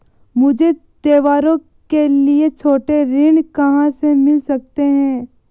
मुझे त्योहारों के लिए छोटे ऋृण कहां से मिल सकते हैं?